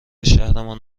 شهرمان